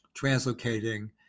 translocating